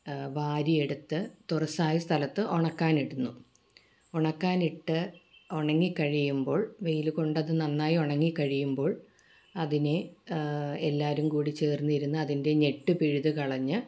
വാരിയെടുത്ത് തുറസ്സായ സ്ഥലത്ത് ഉണക്കാനിടുന്നു ഉണക്കാനിട്ട് ഉണങ്ങി കഴിയുമ്പോൾ വെയിൽ കൊണ്ട് അത് നന്നായി ഉണങ്ങി കഴിയുമ്പോൾ അതിനെ എല്ലാവരും കൂടി ചേർന്ന് ഇരുന്ന് അതിൻ്റെ ഞെട്ട് പിഴുത് കളഞ്ഞ്